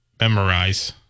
memorize